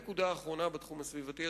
נקודה אחרונה בתחום הסביבתי,